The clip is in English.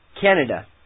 Canada